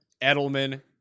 Edelman